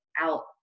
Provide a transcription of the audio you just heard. out